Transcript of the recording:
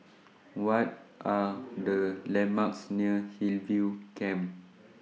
What Are The landmarks near Hillview Camp